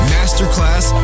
Masterclass